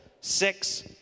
Six